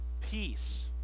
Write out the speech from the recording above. peace